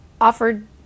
offered